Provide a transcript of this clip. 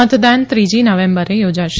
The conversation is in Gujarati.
મતદાન ત્રીજી નવેમ્બરે યોજાશે